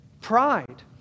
pride